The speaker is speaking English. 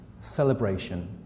celebration